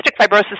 Fibrosis